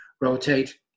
rotate